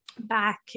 back